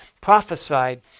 prophesied